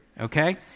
okay